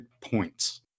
points